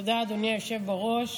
תודה, אדוני היושב בראש.